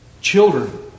children